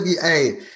Hey